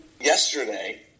yesterday